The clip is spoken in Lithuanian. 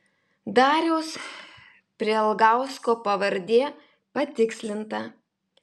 dariaus prialgausko pavardė patikslinta